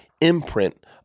imprint